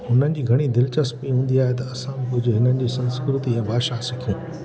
हुनजी घणी दिलचस्पी हूंदी आहे त असां बि कुझु इन्हनि जी संस्कृति भाषा सिखूं